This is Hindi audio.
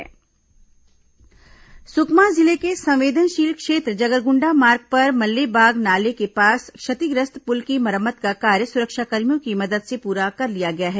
सुकमा सड़क निर्माण सुकमा जिले के संवेदनशील क्षेत्र जगरगुंडा मार्ग पर मल्लेबाग नाले के पास क्षतिग्रस्त पुल की मरम्मत का कार्य सुरक्षाकर्मियों की मदद से पूरा कर लिया गया है